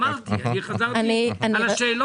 חזרתי על השאלות.